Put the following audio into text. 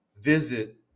visit